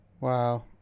wow